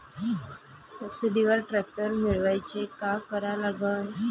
सबसिडीवर ट्रॅक्टर मिळवायले का करा लागन?